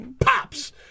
pops